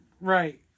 right